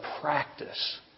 practice